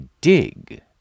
dig